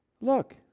Look